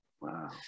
Wow